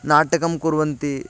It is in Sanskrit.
नाटकं कुर्वन्ति